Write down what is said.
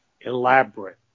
elaborate